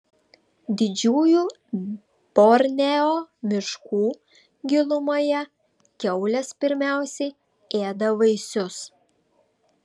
didžiųjų borneo miškų gilumoje kiaulės pirmiausia ėda vaisius